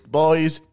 boys